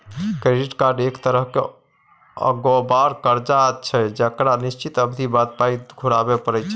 credit card एक तरहक अगोबार करजा छै जकरा निश्चित अबधी बाद पाइ घुराबे परय छै